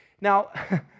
Now